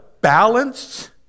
balanced